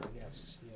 yes